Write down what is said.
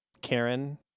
Karen